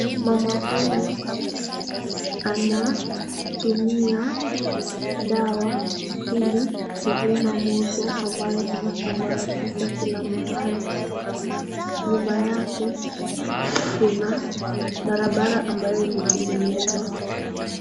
Mama huyu anatumia dawa ili kuzima moto ambayo inasambaratika kila mahali. Nyuma yake kuna barabara ambayo imetengenezwa.